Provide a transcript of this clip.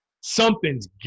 something's